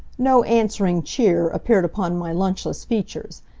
no answering cheer appeared upon my lunchless features.